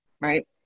right